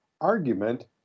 argument